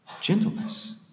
Gentleness